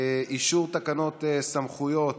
אישור תקנות סמכויות